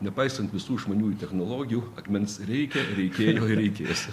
nepaisant visų išmaniųjų technologijų akmens reikia reikėjo ir reikės